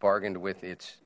bargained with its